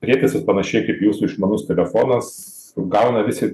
prietaisas panašiai kaip jūsų išmanus telefonas gauna visi